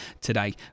today